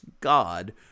God